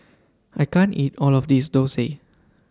I can't eat All of This Thosai